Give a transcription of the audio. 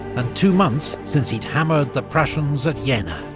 and two months since he'd hammered the prussians at yeah jena.